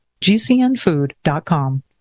gcnfood.com